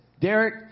Derek